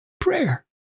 prayer